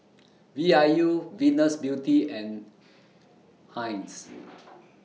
V I U Venus Beauty and Heinz